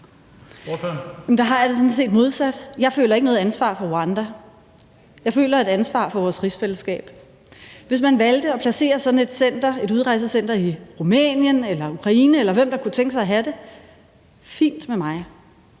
Der har jeg det sådan set modsat: Jeg føler ikke noget ansvar for Rwanda – jeg føler et ansvar for vores rigsfællesskab. Hvis man valgte at placere sådan et udrejsecenter i Rumænien eller Ukraine, eller hvor man kunne tænke sig at have det, er det fint med mig.